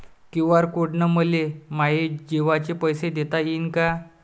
QR code न मले माये जेवाचे पैसे देता येईन का?